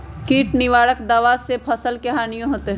किट निवारक दावा से फसल के हानियों होतै?